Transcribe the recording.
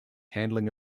handling